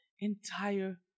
entire